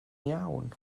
iawn